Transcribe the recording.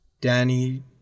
Danny